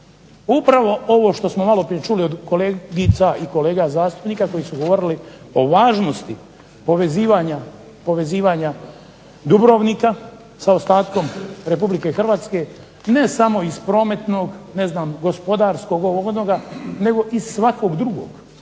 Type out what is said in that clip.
Upravo ovo što smo maloprije čuli od kolegica i kolega zastupnika koji su govorili o važnosti povezivanja Dubrovnika sa ostatkom Republike Hrvatske ne samo iz prometnog, ne znam gospodarskog, ovog onoga, nego iz svakog drugog,